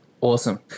Awesome